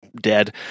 dead